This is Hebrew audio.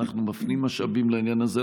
אנחנו מפנים משאבים לעניין הזה,